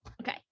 Okay